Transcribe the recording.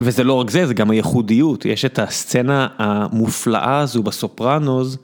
וזה לא רק זה, זה גם הייחודיות, יש את הסצנה המופלאה הזו בסופרנוז.